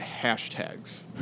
hashtags